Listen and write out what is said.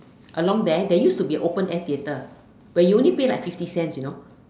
along there there used to be an open air theatre where you only pay like fifty cents you know